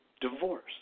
divorce